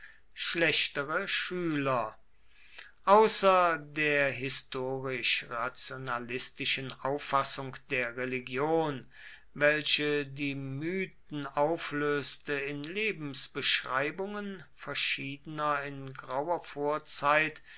schlechtere schüler außer der historisch rationalistischen auffassung der religion welche die mythen auflöste in lebensbeschreibungen verschiedener in grauer vorzeit